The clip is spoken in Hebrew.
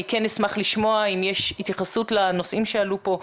אני כן אשמח לשמוע אם יש התייחסות לנושאים שעלו פה,